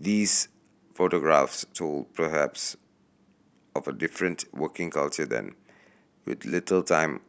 these photographs told perhaps of a different working culture then with little time